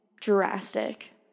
drastic